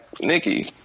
Nikki